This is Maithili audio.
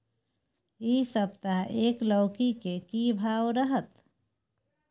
इ सप्ताह एक लौकी के की भाव रहत?